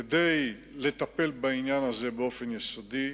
כדי לטפל בעניין הזה באופן יסודי